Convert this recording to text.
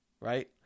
right